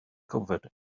covered